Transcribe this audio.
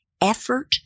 effort